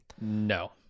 No